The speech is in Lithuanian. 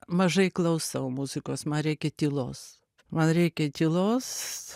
mažai klausau muzikos man reikia tylos man reikia tylos